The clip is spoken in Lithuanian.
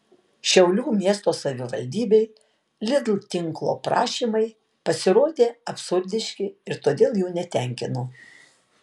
šiaulių miesto savivaldybei lidl tinklo prašymai pasirodė absurdiški ir todėl jų netenkino